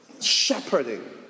shepherding